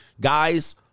Guys